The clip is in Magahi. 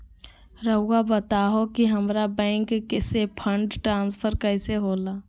राउआ बताओ कि हामारा बैंक से फंड ट्रांसफर कैसे होला?